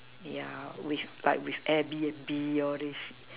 yeah which like with air B_N_B all these